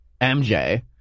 MJ